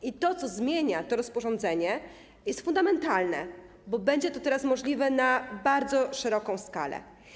I to, co zmienia to rozporządzenie, jest fundamentalne, bo będzie to teraz możliwe na bardzo szeroką skalę.